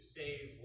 save